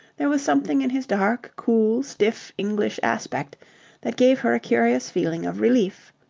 there was something in his dark, cool, stiff english aspect that gave her a curious feeling of relief.